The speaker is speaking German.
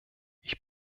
ich